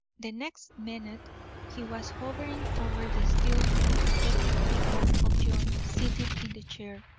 the next minute he was hovering over the still more pathetic figure of john, sitting in the chair.